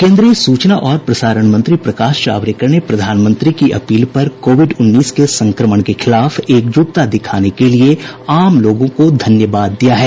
केन्द्रीय सूचना और प्रसारण मंत्री प्रकाश जावड़ेकर ने प्रधानमंत्री की अपील पर कोविड उन्नीस के संक्रमण के खिलाफ एकजुटता दिखाने के लिए आम लोगों को धन्यवाद दिया है